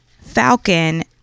Falcon